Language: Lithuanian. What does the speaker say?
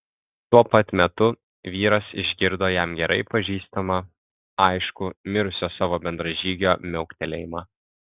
tuo pat metu vyras išgirdo jam gerai pažįstamą aiškų mirusio savo bendražygio miauktelėjimą